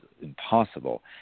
impossible